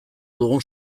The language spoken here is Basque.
dugun